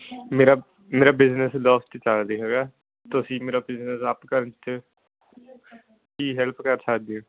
ਮੇਰਾ ਮੇਰਾ business lost ਚੱਲ ਰਿਹਾ ਹੈਗਾ ਤੁਸੀਂ ਮੇਰਾ ਬਿਜਨਸ ਅਪ ਕਰਨ 'ਚ ਕੀ ਹੈਲਪ ਕਰ ਸਕਦੇ ਹੋ